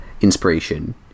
inspiration